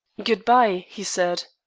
good-bye! he said.